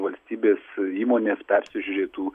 valstybės įmonės persižiūrėtų